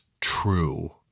true